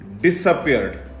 disappeared